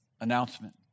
announcement